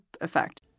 effect